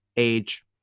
age